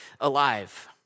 alive